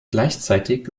gleichzeitig